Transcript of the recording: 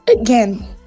again